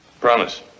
Promise